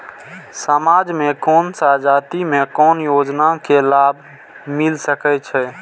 समाज में कोन सा जाति के कोन योजना के लाभ मिल सके छै?